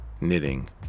knitting